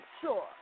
sure